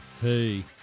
Hey